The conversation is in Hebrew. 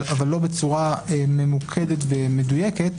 אבל לא בצורה ממוקדת ומדויקת,